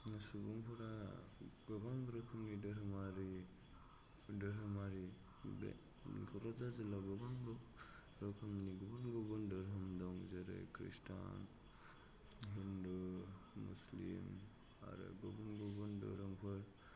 सुबुंफोरा गोबां रोखोमनि दोरोमआरि दोरोमआरि बे क'क्राझार जिल्लायाव गोबां रोखोमनि गुबुन गुबुन दोरोम दं जोरै खृष्टान हिन्दु मुस्लिम आरो गुबुन गुबुन दोरोमफोर